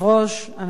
הממשלה,